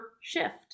shift